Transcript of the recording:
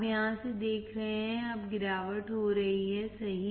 आप यहां से देख रहे हैं अब गिरावट हो रही है सही